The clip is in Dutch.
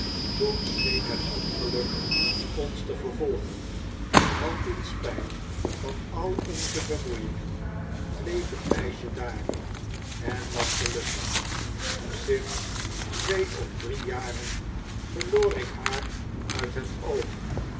toen scheen het ongeluk ons te vervolgen want in spijt van al onze bemoeiingen bleef het meisje daar en was gelukkig sinds twee of drie jaren verloor ik haar uit het oog